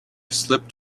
slipped